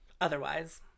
Otherwise